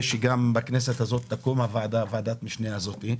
שגם בכנסת הזאת תקום ועדת המשנה זאת.